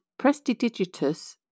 Prestidigitus